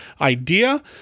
idea